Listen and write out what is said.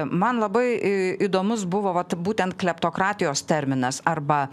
man labai įdomus buvo vat būtent kleptokratijos terminas arba